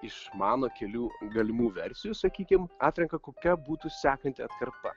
iš mano kelių galimų versijų sakykim atrenka kokia būtų sekanti atkarpa